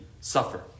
suffer